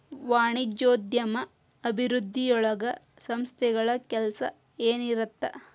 ವಾಣಿಜ್ಯೋದ್ಯಮ ಅಭಿವೃದ್ಧಿಯೊಳಗ ಸಂಸ್ಥೆಗಳ ಕೆಲ್ಸ ಏನಿರತ್ತ